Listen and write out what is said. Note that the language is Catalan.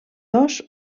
dos